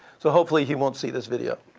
so hopefully he won't see this video.